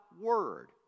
word